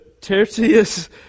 Tertius